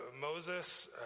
Moses